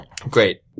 Great